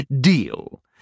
Deal